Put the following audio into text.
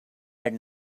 had